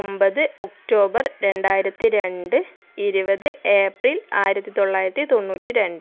ഒമ്പത് ഒക്ടോബർ രണ്ടായിരത്തി രണ്ട് ഇരുപത് ഏപ്രിൽ ആയിരത്തി തൊള്ളായിരത്തി തൊണ്ണൂറ്റി രണ്ട്